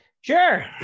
sure